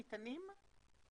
הם ניתנים?